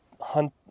hunt